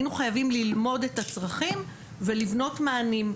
היינו חייבים ללמוד את הצרכים ולבנות מענים,